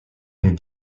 n’est